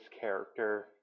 character